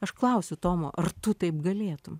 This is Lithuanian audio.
aš klausiu tomo ar tu taip galėtum